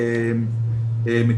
בהחלט,